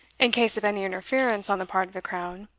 in case of any interference on the part of the crown.